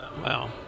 Wow